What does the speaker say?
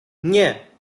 nie